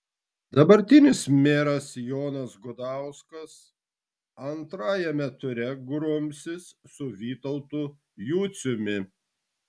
dabartinis meras jonas gudauskas antrajame ture grumsis su vytautu juciumi